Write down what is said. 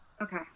Okay